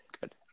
Good